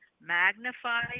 magnify